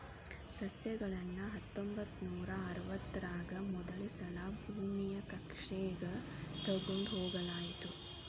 ಸಸ್ಯಗಳನ್ನ ಹತ್ತೊಂಬತ್ತನೂರಾ ಅರವತ್ತರಾಗ ಮೊದಲಸಲಾ ಭೂಮಿಯ ಕಕ್ಷೆಗ ತೊಗೊಂಡ್ ಹೋಗಲಾಯಿತು